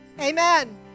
Amen